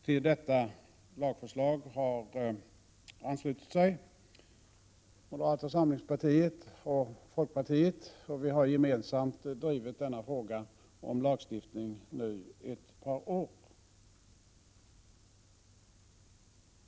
Till detta lagförslag har anslutit sig moderata samlingspartiet och folkpartiet. Vi har gemensamt drivit frågan om lagstiftning i detta ärende under ett par år.